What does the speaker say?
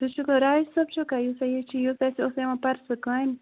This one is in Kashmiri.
ژٕ چھُکا راجہِ صٲب چھُکا یُس ہہ یہِ چھِ یُس اَسہِ اوس یِوان پَرسُہ کامہِ